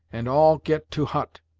and all get to hut.